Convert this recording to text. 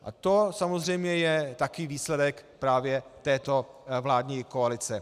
A to samozřejmě je taky výsledek této vládní koalice.